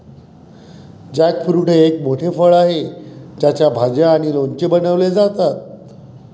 jackfruit हे एक मोठे फळ आहे ज्याच्या भाज्या आणि लोणचे बनवले जातात